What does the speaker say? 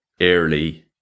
early